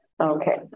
Okay